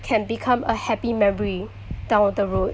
can become a happy memory down the road